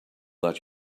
that